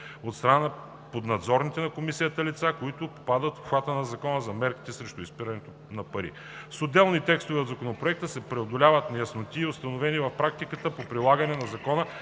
от страна на поднадзорните на Комисията лица, които попадат в обхвата на Закона за мерките срещу изпирането на пари. С отделни текстове от Законопроекта се преодоляват неясноти, установени в практиката по прилагане на Закона,